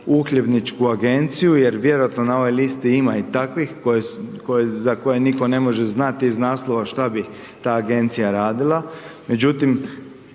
uhljebničku agenciju jer vjerojatno na ovoj listi ima i takvih za koje nitko ne može znati iz naslova šta bi ta agencija radila.